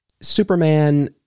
Superman